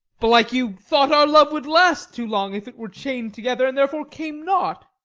belike you thought our love would last too long, if it were chain'd together, and therefore came not.